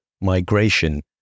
migration